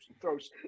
throws